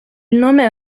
nome